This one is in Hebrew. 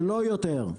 ולא יותר,